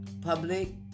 Public